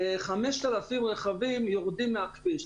כ-5,000 רכבים יורדים מהכביש.